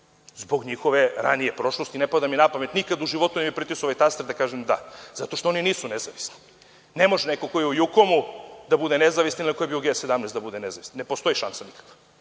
Zbog njihove ranije prošlosti, ne pada mi na pamet, nikada u životu ne bih pritisnuo ovaj taster da kažem – da. Zato što oni nisu nezavisni. Ne može neko ko je u „Jukomu“ da bude nezavisan ili ako je bio u G17 da bude nezavisan. Ne postoji šansa nikakva.